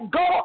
go